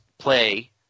play